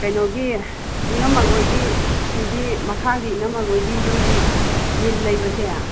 ꯀꯩꯅꯣꯒꯤ ꯏꯅꯝꯃ ꯈꯣꯏꯒꯤ ꯁꯤꯒꯤ ꯃꯈꯥꯒꯤ ꯏꯅꯝꯃ ꯈꯣꯏꯒꯤ ꯌꯨꯝꯒꯤ ꯃꯤꯟ ꯂꯩꯕꯁꯦ